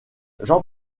jean